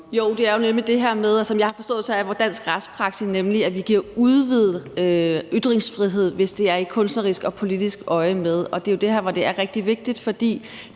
Jo, det er det her med, som jeg har forstået det, at dansk retspraksis nemlig er, at vi giver udvidet ytringsfrihed, hvis det er i kunstnerisk og politisk øjemed. Og det er jo her, hvor det er rigtig vigtigt, for